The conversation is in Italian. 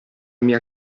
mia